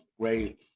great